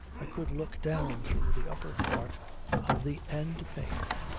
i could look down through the upper part of the end-pane.